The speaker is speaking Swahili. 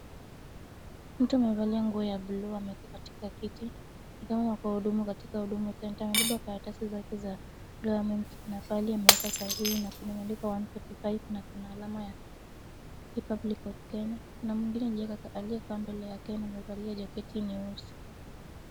Mtu amevalia nguo ya buluu amekaa katika kiti, ni kama ako hudumua katika Huduma Center, amebeba karatasi zake za government na pahali ameweka sahihi na kumeandikwa one forty five na kuna alama ya Republic of Kenya , kuna mwingine aliyekaa mbele yake na amevalia jaketi nyeusi.